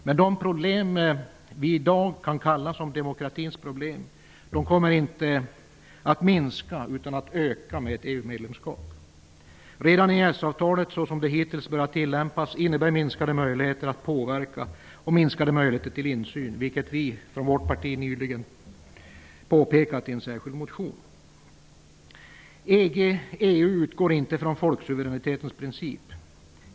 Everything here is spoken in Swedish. Men de problem vi i dag kan kalla demokratins problem kommer inte att minska utan att öka med ett EU Redan EES-avtalet, såsom det hittills börjat tillämpas, innebär minskade möjligheter att påverka och minskade möjligheter till insyn -- vilket vi i vårt parti påpekat nyligen i en särskild motion. EG/EU utgår inte från folksuveränitetens princip.